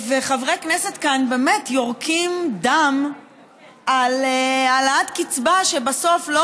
חברי כנסת כאן באמת יורקים דם על העלאת קצבה שבסוף לא